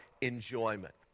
enjoyment